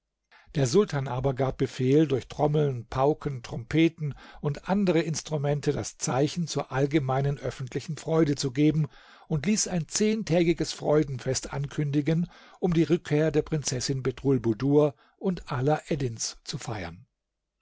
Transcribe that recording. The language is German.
der sultan aber gab befehl durch trommeln pauken trompeten und andere instrumente das zeichen zur allgemeinen öffentlichen freude zu geben und ließ ein zehntägiges freudenfest ankündigen um die rückkehr der prinzessin bedrulbudur und alaeddins zu feiern